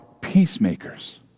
peacemakers